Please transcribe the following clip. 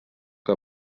que